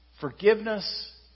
forgiveness